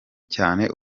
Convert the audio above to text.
cyane